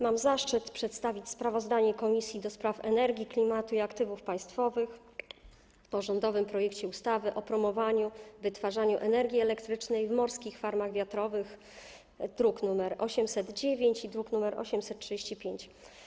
Mam zaszczyt przedstawić sprawozdanie Komisji do Spraw Energii, Klimatu i Aktywów Państwowych o rządowym projekcie ustawy o promowaniu wytwarzania energii elektrycznej w morskich farmach wiatrowych, druk nr 809 i druk nr 835.